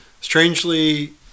strangely